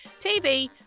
TV